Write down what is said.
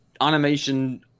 animation